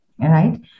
Right